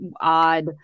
odd